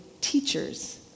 teachers